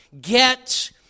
get